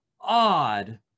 odd